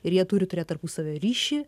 ir jie turi turėt tarpusavio ryšį